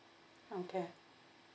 okay